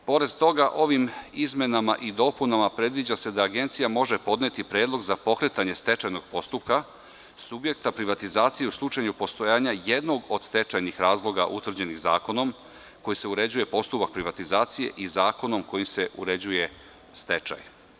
Pored toga, ovim izmenama i dopunama predviđa se da Agencija može podneti predlog za pokretanje stečajnog postupka subjekta privatizacije u slučaju postojanja jednog od stečajnih razloga utvrđenih zakonom kojim se uređuje postupak privatizacije i zakonom kojim se uređuje stečaj.